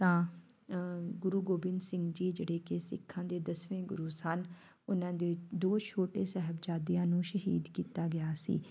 ਤਾਂ ਗੁਰੂ ਗੋਬਿੰਦ ਸਿੰਘ ਜੀ ਜਿਹੜੇ ਕਿ ਸਿੱਖਾਂ ਦੇ ਦਸਵੇਂ ਗੁਰੂ ਸਨ ਉਹਨਾਂ ਦੇ ਦੋ ਛੋਟੇ ਸਾਹਿਬਜ਼ਾਦਿਆਂ ਨੂੰ ਸ਼ਹੀਦ ਕੀਤਾ ਗਿਆ ਸੀ